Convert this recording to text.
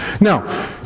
Now